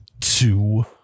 two